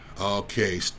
okay